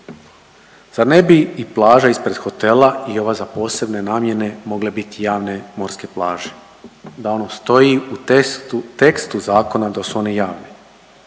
Zar ne bi i plaže ispred hotela i ova za posebne namjene mogle biti javne morske plaže? Da ono stoji u tekstu zakona da su one javne